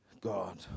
God